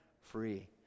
free